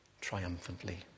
triumphantly